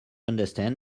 understand